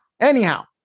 Anyhow